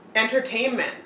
entertainment